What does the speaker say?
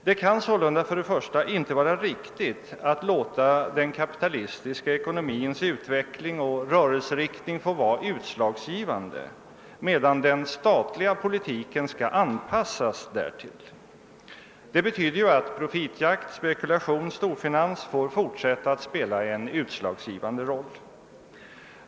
Det kan sålunda först och främst inte vara riktigt att låta den kapitalistiska ekonomins utveckling och rörelseriktning vara utslagsgivande, medan den statliga politiken skall anpassas därtill. Det betyder ju att profitjakt, spekulation och storfinans får fortsätta att spela en utslagsgivande roll.